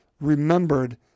remembered